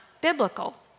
biblical